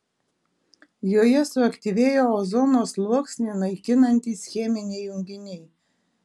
joje suaktyvėja ozono sluoksnį naikinantys cheminiai junginiai